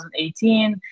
2018